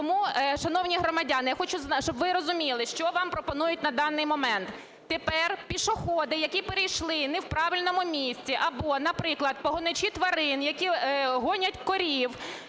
Тому, шановні громадяни, я хочу, щоб ви розуміли, що вам пропонують на даний момент. Тепер пішоходи, які перейшли не в правильному місці або, наприклад, погоничі тварин, які гонять корів